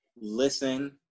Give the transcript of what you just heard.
listen